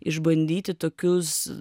išbandyti tokius